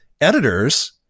editors